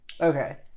Okay